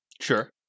Sure